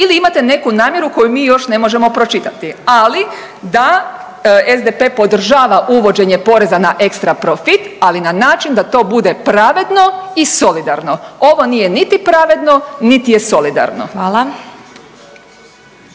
ili imate neku namjeru koju mi još ne možemo pročitati. Ali da SDP-e podržava uvođenje poreza na ekstra profit, ali na način da to bude pravedno i solidarno. Ovo nije niti pravedno, niti je solidarno.